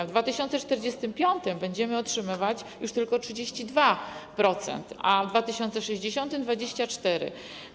W 2045 r. będziemy otrzymywać już tylko 32%, a w 2060 r. - 24%.